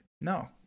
no